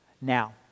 Now